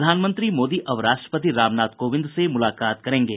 प्रधानमंत्री मोदी अब राष्ट्रपति रामनाथ कोविंद से मुलाकात करेंगे